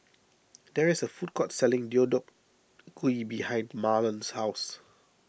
there is a food court selling Deodeok Gui behind Mahlon's house